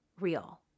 real